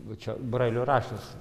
va čia brailio raštas